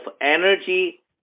energy